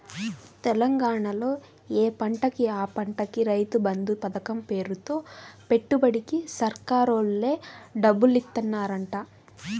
తెలంగాణాలో యే పంటకి ఆ పంటకి రైతు బంధు పతకం పేరుతో పెట్టుబడికి సర్కారోల్లే డబ్బులిత్తన్నారంట